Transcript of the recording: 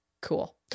Cool